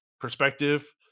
perspective